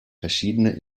verschiedene